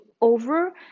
over